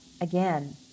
again